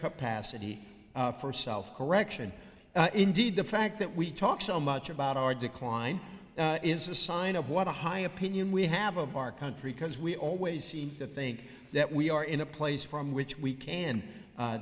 capacity for self correction indeed the fact that we talk so much about our decline is a sign of what a high opinion we have of our country because we always seem to think that we are in a place from which we can